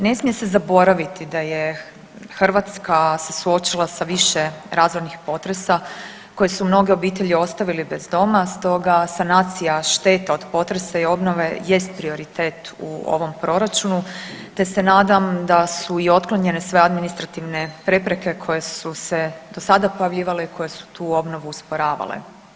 Ne smije se zaboraviti da je Hrvatska se suočila sa više razornih potresa koji su mnoge obitelji ostavili bez doma, stoga sanacija šteta od potresa i obnove jest prioritet u ovom proračunu, te se nadam da su i otklonjene sve administrativne prepreke koje su se do sada pojavljivale i koje su tu obnovu usporavale.